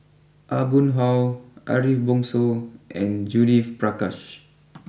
Aw Boon Haw Ariff Bongso and Judith Prakash